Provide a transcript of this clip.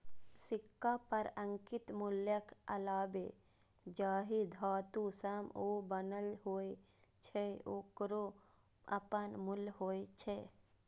सिक्का पर अंकित मूल्यक अलावे जाहि धातु सं ओ बनल होइ छै, ओकरो अपन मूल्य होइ छै